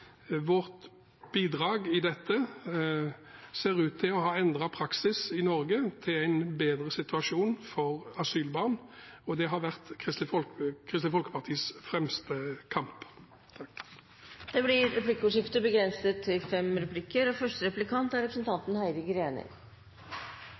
vårt bidrag ut til å ha endret praksis i Norge. Det er en bedre situasjon for asylbarn, og det har vært Kristelig Folkepartis fremste kamp. Det blir replikkordskifte. I den første inngåtte tilleggsavtalen til samarbeidsavtalen mellom regjeringspartiene og